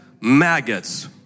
maggots